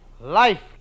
Life